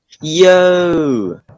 Yo